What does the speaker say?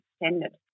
extended